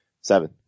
seven